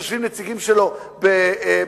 יושבים נציגים שלו בליכוד,